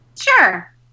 sure